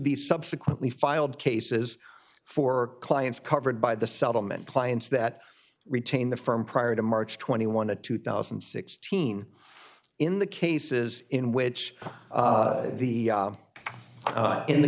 the subsequently filed cases for clients covered by the settlement clients that retain the firm prior to march twenty one to two thousand and sixteen in the cases in which the in the